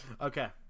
Okay